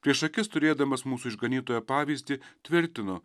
prieš akis turėdamas mūsų išganytojo pavyzdį tvirtinu